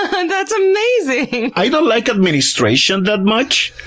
and that's amazing! i don't like administration that much,